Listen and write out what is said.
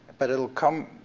but it'll come,